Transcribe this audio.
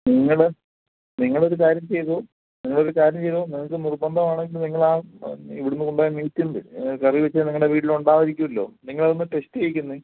നിങ്ങൾ നിങ്ങളൊരു കാര്യം ചെയ്തോ നിങ്ങളൊരു കാര്യം ചെയ്തോ നിങ്ങൾക്ക് നിർബന്ധം ആണെങ്കിൽ നിങ്ങളാ ഇവിടുന്ന് കൊണ്ടുപോയ മീറ്റ് ഇല്ലെ കറി വെച്ചത് നിങ്ങളുടെ വീട്ടിൽ ഉണ്ടായിരിക്കുമല്ലോ നിങ്ങളതൊന്ന് ടെസ്റ്റ് ചെയ്യിക്ക് എന്നെ